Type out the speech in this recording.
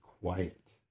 quiet